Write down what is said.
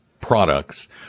products